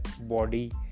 body